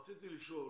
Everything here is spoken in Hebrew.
רציתי לשאול.